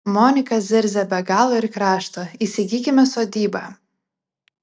monika zirzia be galo ir krašto įsigykime sodybą